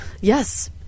Yes